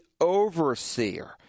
overseer